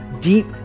deep